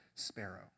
sparrow